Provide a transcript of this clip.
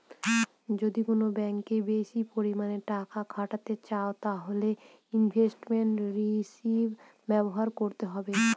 যদি কোন ব্যাঙ্কে বেশি পরিমানে টাকা খাটাতে চাও তাহলে ইনভেস্টমেন্ট রিষিভ ব্যবহার করতে হবে